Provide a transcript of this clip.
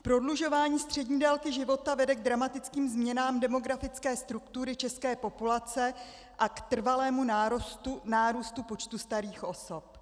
Prodlužování střední délky života vede k dramatickým změnám demografické struktury české populace a k trvalému nárůstu počtu starých osob.